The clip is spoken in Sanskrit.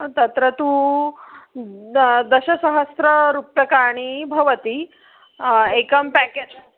तत्र तु दा दशसहस्ररूप्यकाणि भवति एकं पेकेज्